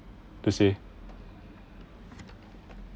per se